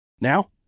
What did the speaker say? Now